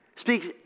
Speaks